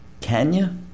Kenya